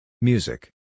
Music